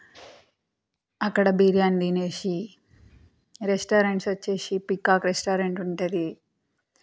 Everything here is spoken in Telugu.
అక్కడ బిర్యాన్ దినేషి రెస్టారెంట్స్ వచ్చేసి పీకాక్ రెస్టారెంట్ ఉంటుంది